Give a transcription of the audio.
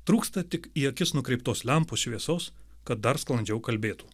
trūksta tik į akis nukreiptos lempos šviesos kad dar sklandžiau kalbėtų